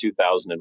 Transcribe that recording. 2001